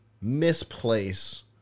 misplace